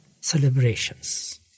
celebrations